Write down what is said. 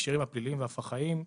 בהקשרים הפליליים והפח"עים.